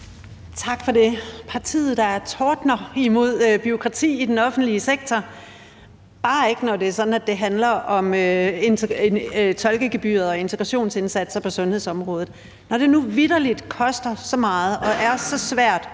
Tak for det. Partiet, der tordner imod bureaukrati i den offentlige sektor, bare ikke når det er sådan, at det handler om tolkegebyret og integrationsindsatser på sundhedsområdet. Når det nu vitterlig koster så meget og er så svært